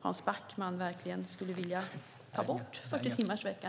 Hans Backman verkligen skulle vilja ta bort 40-timmarsveckan.